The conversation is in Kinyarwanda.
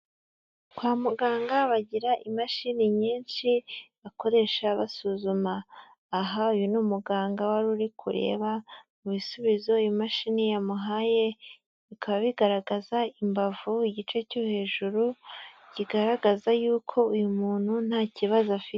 Kwa muganga bagira imashini nyinshi bakoresha basuzuma, aha uyu ni umuganga wari uri kureba mu bisubizo imashini yamuhaye, bikaba bigaragaza imbavu igice cyo hejuru, kigaragaza y'uko uyu muntu ntakibazo afite.